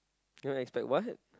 cannot expect what